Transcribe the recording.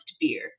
beer